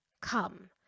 come